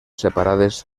separades